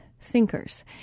thinkers